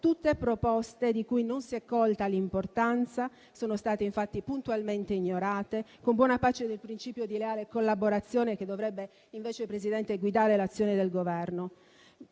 tutte proposte di cui non si è colta l'importanza e che sono state, infatti, puntualmente ignorate, con buona pace del principio di leale collaborazione, che dovrebbe invece guidare l'azione del Governo.